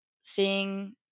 seeing